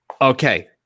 Okay